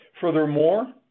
Furthermore